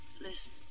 Listen